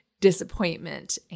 disappointment